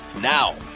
Now